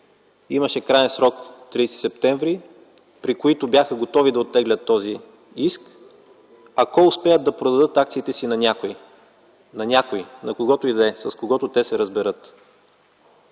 Имаше краен срок 30 септември, при което бяха готови да оттеглят този иск, ако успеят да продадат акциите си на някого, на когото и да е, с когото те се разберат.